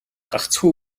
гагцхүү